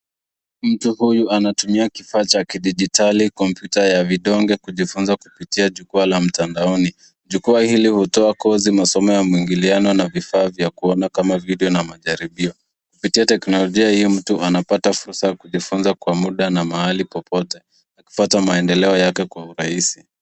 Mtu huyu anatumia kifaa cha kidijitali kompyuta ya vidonge kujifunza kupitia jukwaa la mtandaoni, jukwaa hili hutoa kozi, masomo ya mwingiliano na vifaa vya kuona kama video na majaribio. Kupitia teknolojia hii mtu anapata fursa ya kujifunza kwa muda na mahali popote akifata maendeleo yake kwa urahisi.